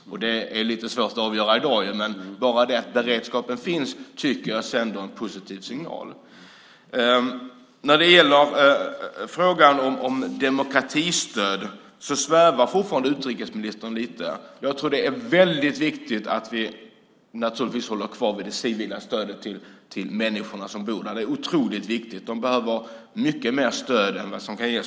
Det är lite svårt att avgöra i dag, men bara det att beredskap finns tycker jag sänder en positiv signal. I frågan om demokratistöd svävar utrikesministern fortfarande lite. Jag tror att det är väldigt viktigt att vi naturligtvis håller fast vid det civila stödet till människor som bor där. Det är otroligt viktigt. De behöver mycket mer stöd än vad som kan ges.